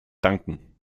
danken